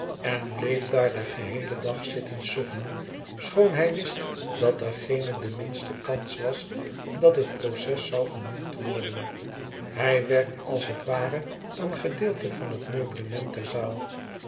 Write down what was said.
en bleef daar den geheelen dag zitten suffen schoon hij wist dat er geene de minste kans was dat het proces zou genoemd worden hij werd als het ware een gedeelte van het meublement der zaal